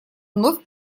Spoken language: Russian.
вновь